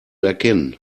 erkennen